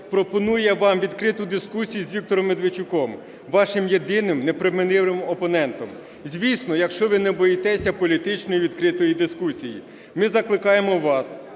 пропонує вам відкриту дискусію з Віктором Медведчуком, вашим єдиним непримиримим опонентом, звісно, якщо ви не боїтеся політичної відкритої дискусії. Ми закликаємо вас